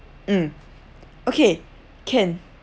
mm okay can